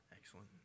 Excellent